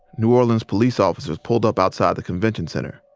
new orleans police officers pulled up outside the convention center.